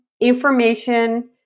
information